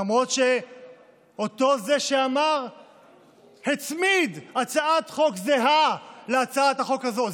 למרות שאותו זה שאמר הצמיד הצעת חוק זהה להצעת החוק הזאת.